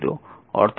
অর্থাৎ 2i1 40